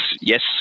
yes